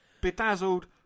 Bedazzled